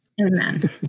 Amen